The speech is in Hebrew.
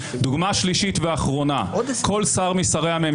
כל הסיפור במתווה הנשיא היה שאתה מחזק במידה מסוימת את הכוח